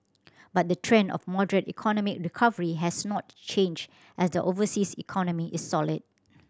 but the trend of moderate economic recovery has not changed as the overseas economy is solid